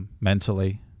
Mentally